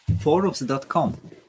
Forums.com